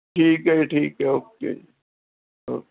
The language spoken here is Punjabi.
ਠੀਕ ਹੈ ਜੀ ਠੀਕ ਹੈ ਓਕੇ